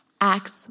Acts